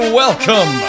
welcome